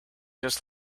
just